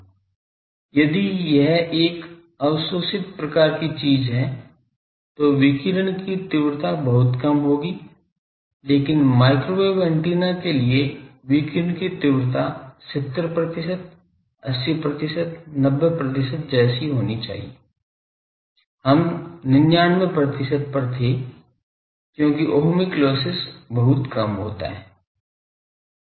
यदि यह एक अवशोषित प्रकार की चीज है तो विकिरण की तीव्रता बहुत कम होगी लेकिन माइक्रोवेव एंटेना के लिए विकिरण की तीव्रता 70 प्रतिशत 80 प्रतिशत 90 प्रतिशत जैसे होनी चाहिए हम 99 प्रतिशत पर थे क्योंकि ओमिक लॉसेस बहुत कम होता है